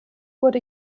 wurde